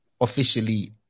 officially